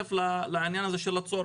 מצטרף לעניין הזה של הצורך.